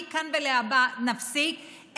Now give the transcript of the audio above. ומכאן ולהבא נפסיק,